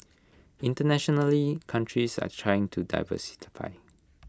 internationally countries are trying to